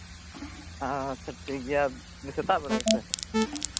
ᱟᱪᱪᱷᱟ ᱴᱷᱤᱠ ᱜᱮᱭᱟ ᱥᱮᱛᱟᱜ ᱵᱮᱲᱟ ᱜᱮᱥᱮ